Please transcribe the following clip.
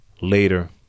later